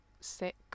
sick